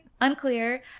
unclear